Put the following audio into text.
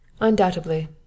Undoubtedly